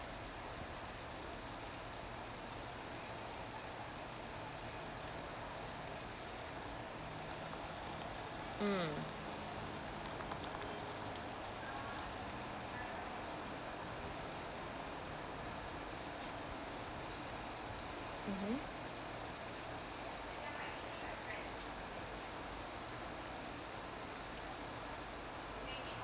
mm mmhmm